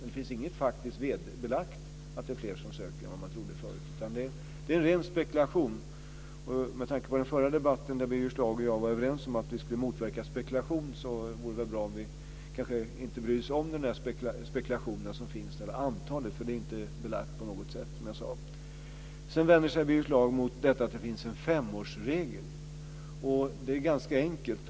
Det finns inget faktiskt belägg för att det är fler som söker. Det är en ren spekulation. Med tanke på den förra debatten där Birger Schlaug och jag var överens om att vi ska motverka spekulation vore det bra om vi inte brydde oss om spekulationerna om antalet. De är inte belagda. Birger Schlaug vänder sig mot att det finns en femårsregel. Det är ganska enkelt.